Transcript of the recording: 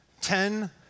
ten